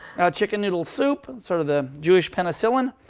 now, chicken noodle soup, and sort of the jewish penicillin.